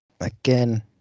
Again